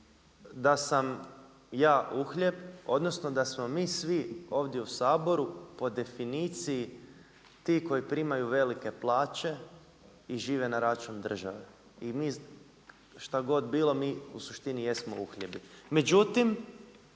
da sam ja uhljeb, odnosno da smo mi svi ovdje u Saboru po definiciji ti koji primaju velike plaće i žive na račun države i mi šta god bilo mi u suštini jesmo uhljebi.